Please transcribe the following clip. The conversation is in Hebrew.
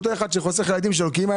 זה אותו אחד שחוסך לילדים שלו כי אם היה